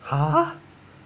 !huh!